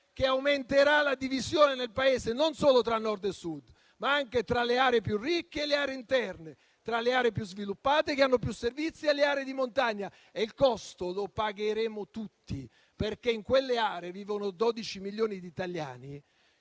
che aumenterà la divisione nel Paese non solo tra Nord e Sud, ma anche tra le aree più ricche e le aree interne, tra le aree più sviluppate che hanno più servizi e le aree di montagna. E il costo lo pagheremo tutti, perché in quelle aree vivono 12 milioni di italiani